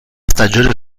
stagione